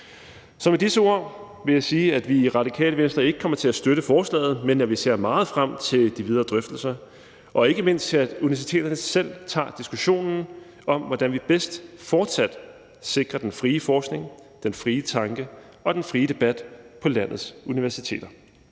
Så med disse ord vil jeg sige, at vi i Radikale Venstre ikke kommer til at støtte forslaget, men at vi ser meget frem til de videre drøftelser og ikke mindst til, at universiteterne selv tager diskussionen om, hvordan vi bedst fortsat sikrer den frie forskning, den frie tanke og den frie debat på landets universiteter.